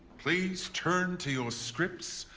please turn to your scripts.